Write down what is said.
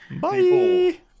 Bye